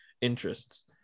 interests